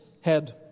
head